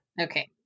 Okay